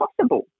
possible